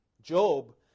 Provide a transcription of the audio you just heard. Job